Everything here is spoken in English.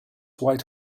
white